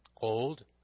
old